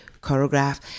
choreograph